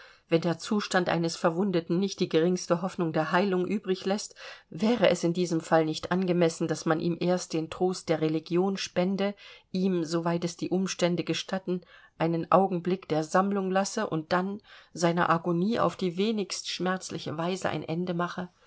wenn der zustand eines verwundeten nicht die geringste hoffnung der heilung übrig läßt wäre es in diesem fall nicht angemessen daß man ihm erst den trost der religion spende ihm so weit es die umstände gestatten einen augenblick der sammlung lasse und dann seiner agonie auf die wenigst schmerzliche weise ein ende mache